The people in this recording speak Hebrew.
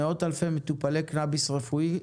מאות אלפי מטופלי קנביס רפואי,